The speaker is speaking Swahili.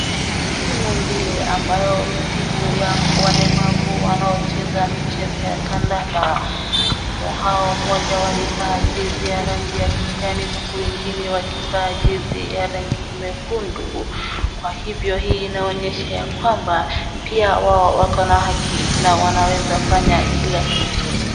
Kuna timu mbili ambayo ni timu ya walemavu wanaocheza michezo ya kandanda. Timu hao mmoja alivaa jezi ya rangi ya kijani huku wengine wakivaa jezi ya rangi nyekundu. Kwa hivyo hii inaonyesha ya kwamba pia wao wako na haki na wanaweza fanya kila kitu.